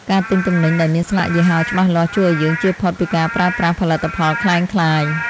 ការទិញទំនិញដែលមានស្លាកយីហោច្បាស់លាស់ជួយឱ្យយើងជៀសផុតពីការប្រើប្រាស់ផលិតផលក្លែងក្លាយ។